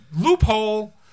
Loophole